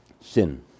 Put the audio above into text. sin